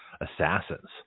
assassins